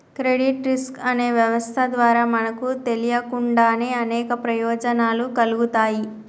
credit risk అనే వ్యవస్థ ద్వారా మనకు తెలియకుండానే అనేక ప్రయోజనాలు కల్గుతాయి